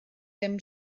dim